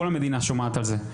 אז כל המדינה שומעת על זה.